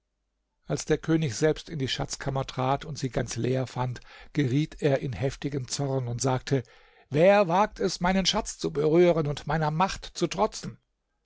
als der könig selbst in die schatzkammer trat und sie ganz leer fand geriet er in heftigen zorn und sagte wer wagt es meinen schatz zu berühren und meiner macht zu trotzen